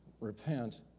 repent